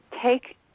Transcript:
take